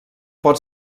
pot